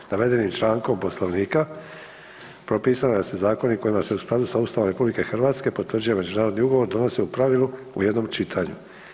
Navedenim člankom Poslovnika propisano je da se zakoni kojima se u skladu sa Ustavom RH potvrđuje međunarodni ugovor donose u pravilu u jednom čitanju.